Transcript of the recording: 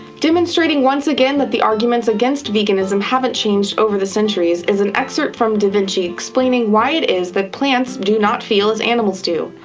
demonstrating once again that the arguments against veganism haven't changed over the centuries is an excerpt from da vinci explaining why it is that plants do not feel as animals do.